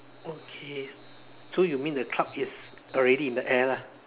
okay so you mean the club is already in the air lah